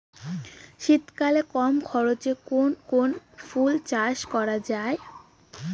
শীতকালে কম খরচে কোন কোন ফুল চাষ করা য়ায়?